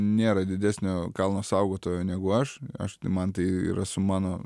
nėra didesnio kalno saugotojo negu aš aš man tai yra su mano